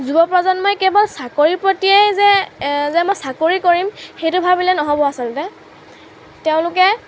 যুৱপ্ৰজন্মই কেৱল চাকৰিৰ প্ৰতিয়েই যে যে মই চাকৰি কৰিম সেইটো ভাবিলে নহ'ব আচলতে তেওঁলোকে